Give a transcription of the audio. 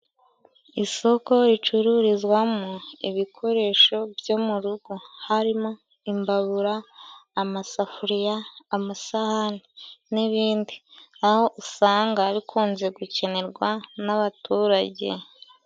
Isoko ricururizwamo ibikoresho byo mu rugo harimo: imbabura, amasafuriya, amasahani n'ibindi aho usanga bikunze gukenerwa n'abaturage.